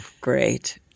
great